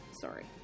Sorry